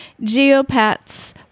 geopats